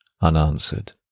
unanswered